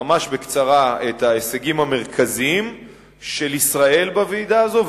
את ההישגים המרכזיים של ישראל בוועידה הזאת,